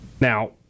Now